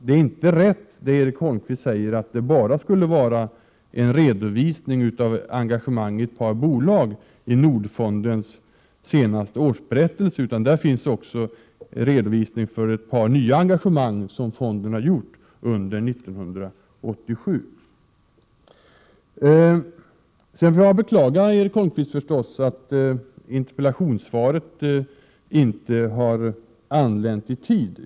Det är inte så som Erik Holmkvist säger, nämligen att det i Nordfondens senaste årsberättelse skulle vara en redovisning av engagemang bara i ett par bolag, utan där finns också redovisning för ett par nya engagemang under 1987. Jag får förstås beklaga, Erik Holmkvist, att interpellationssvaret inte har anlänt i tid.